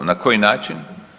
Na koji način?